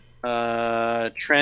Trent